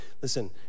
Listen